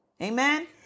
Amen